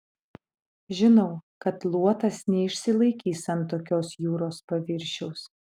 žinau kad luotas neišsilaikys ant tokios jūros paviršiaus